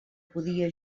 podia